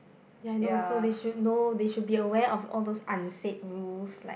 ya I know so they should know they should be aware of all those unsaid rules like